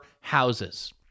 houses